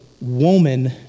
woman